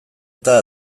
eta